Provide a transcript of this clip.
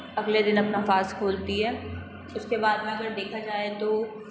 अगले दिन अपना फास्ट खोलती है उसके बाद में अगर देखा जाए तो